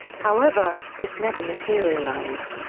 however, this never materialized.